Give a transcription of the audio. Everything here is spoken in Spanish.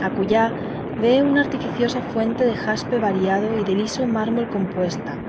acullá vee una artificiosa fuente de jaspe variado y de liso mármol compuesta